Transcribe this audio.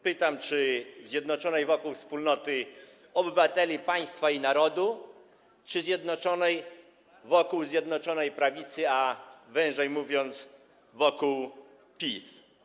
Pytam, czy zjednoczonej wokół wspólnoty obywateli państwa i narodu, czy zjednoczonej wokół Zjednoczonej Prawicy, a węziej mówiąc, wokół PiS.